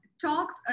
talks